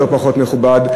מכובד.